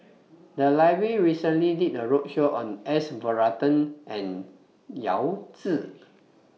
The Library recently did A roadshow on S Varathan and Yao Zi